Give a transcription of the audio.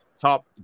top